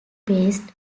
based